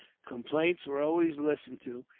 complaints were always listened to,